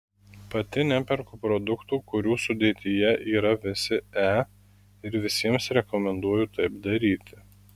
pati neperku produktų kurių sudėtyje yra visi e ir visiems rekomenduoju taip daryti